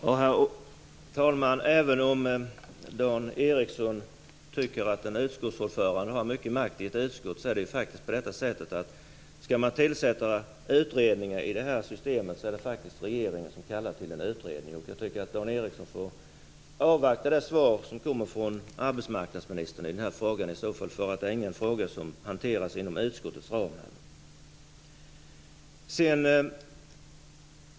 Herr talman! Även om Dan Ericsson tycker att en utskottsordförande har mycket makt i ett utskott, är det faktiskt så att skall det tillsättas utredningar i det här systemet, är det regeringen som gör det. Jag tycker att Dan Ericsson får avvakta det svar som kommer från arbetsmarknadsministern. Det är ingen fråga som hanteras inom utskottets ram.